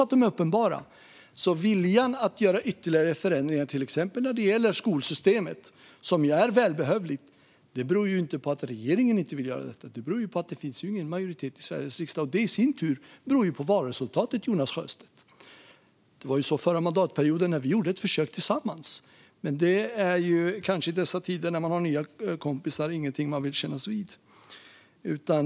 Att det inte görs ytterligare välbehövliga förändringar, till exempel när det gäller skolsystemet, beror inte på att regeringen inte vill göra dem. Det beror på att det inte finns majoritet för det i Sveriges riksdag - och det i sin tur beror på valresultatet, Jonas Sjöstedt. Under förra mandatperioden gjorde vi ett försök tillsammans, men i dessa tider när man har nya kompisar är det kanske inget man vill kännas vid.